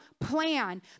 plan